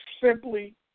simply